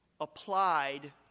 applied